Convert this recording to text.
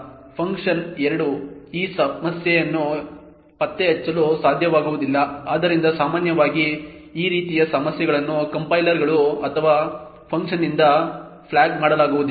function 2 ಈ ಸಮಸ್ಯೆಯನ್ನು ಪತ್ತೆಹಚ್ಚಲು ಸಾಧ್ಯವಾಗುವುದಿಲ್ಲ ಆದ್ದರಿಂದ ಸಾಮಾನ್ಯವಾಗಿ ಈ ರೀತಿಯ ಸಮಸ್ಯೆಗಳನ್ನು ಕಂಪೈಲರ್ಗಳು ಅಥವಾ ಫಂಕ್ಷನ್ನಿಂದ ಫ್ಲ್ಯಾಗ್ ಮಾಡಲಾಗುವುದಿಲ್ಲ